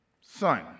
Son